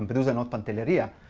but not pantelleria.